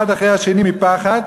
חברי הכנסת נעלמו אחד אחרי השני מפחד,